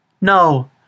No